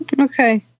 Okay